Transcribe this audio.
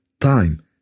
time